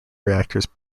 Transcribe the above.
reactors